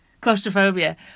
claustrophobia